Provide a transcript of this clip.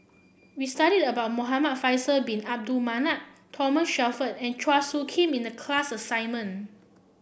we studied about Muhamad Faisal Bin Abdul Manap Thomas Shelford and Chua Soo Khim in the class assignment